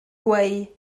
gweu